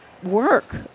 work